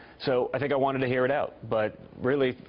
so i think i wanted to hear it out. but, really,